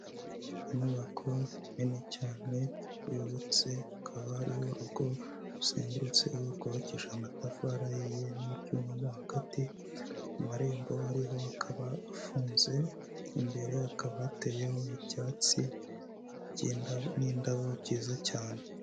Inyubako nini cyane yubatse, hakaba hari urugo ruzengurutse rwubakishije amatafari ahiye n'ibyuma, mo hagati mu marembo ariho akaba afunze, imbere hakaba hateyeho ibyatsi n'indabo byiza cyane.